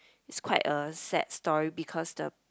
it's quite a sad story because the